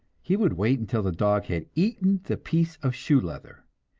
he would wait until the dog had eaten the piece of shoe leather,